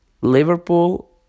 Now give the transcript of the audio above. Liverpool